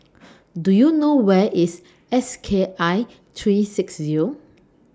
Do YOU know Where IS S K I three six Zero